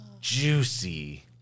juicy